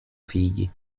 figli